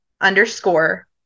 underscore